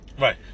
Right